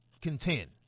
contend